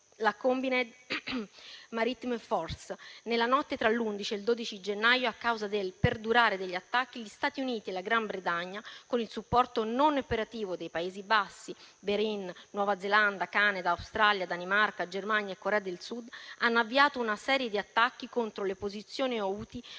le *combined maritime force* (CMF). Nella notte tra l'11 e il 12 gennaio 2024, a causa del perdurare degli attacchi, gli Stati Uniti e la Gran Bretagna, con il supporto non operativo di Paesi Bassi, Bahrein, Nuova Zelanda, Canada, Australia, Danimarca, Germania e Corea del Sud, hanno avviato una serie di attacchi contro le posizioni Houthi